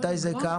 מתי זה קם?